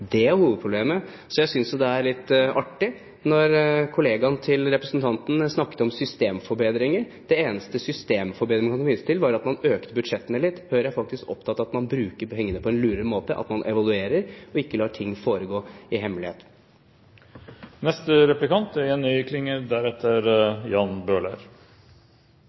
Det er hovedproblemet. Jeg synes det er litt artig når kollegaen til representanten snakker om systemforbedringer. Den eneste systemforbedringen man kan vise til, er at man økte budsjettene litt. Høyre er faktisk opptatt av at man bruker pengene på en lurere måte, at man evaluerer og ikke lar ting foregå i hemmelighet.